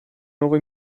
nuovo